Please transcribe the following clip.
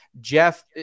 Jeff